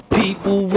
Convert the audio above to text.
people